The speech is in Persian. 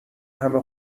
همه